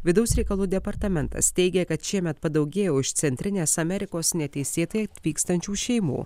vidaus reikalų departamentas teigia kad šiemet padaugėjo iš centrinės amerikos neteisėtai atvykstančių šeimų